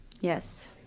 yes